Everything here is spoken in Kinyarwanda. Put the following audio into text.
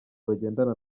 bagendana